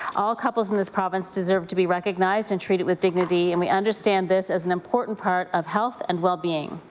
all couples in this province deserve to be recognized and treated with with dignity and we understand this is an important part of health and wellbeing.